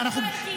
נו, באמת.